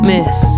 Miss